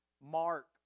Mark